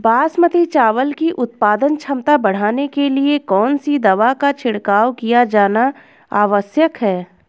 बासमती चावल की उत्पादन क्षमता बढ़ाने के लिए कौन सी दवा का छिड़काव किया जाना आवश्यक है?